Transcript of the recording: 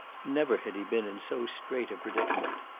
never had he been in so strait a predicament.